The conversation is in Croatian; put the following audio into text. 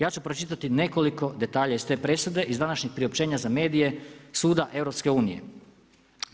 Ja ću pročitati nekoliko detalja iz te presude iz današnjeg priopćenja za medije suda EU-a.